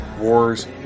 wars